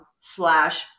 slash